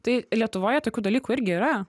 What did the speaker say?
tai lietuvoje tokių dalykų irgi yra